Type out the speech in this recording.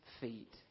feet